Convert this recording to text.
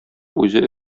үзе